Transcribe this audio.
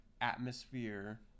atmosphere